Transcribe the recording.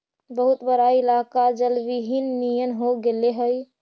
बहुत बड़ा इलाका जलविहीन नियन हो गेले हई